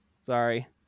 Sorry